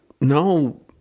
no